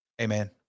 Amen